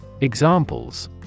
Examples